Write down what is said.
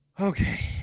okay